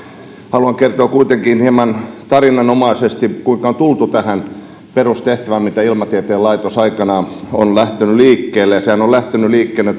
haluan kertoa kuitenkin hieman tarinanomaisesti kuinka on tultu tähän perustehtävään mistä ilmatieteen laitos aikanaan on lähtenyt liikkeelle sehän on lähtenyt liikkeelle